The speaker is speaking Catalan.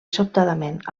sobtadament